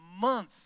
month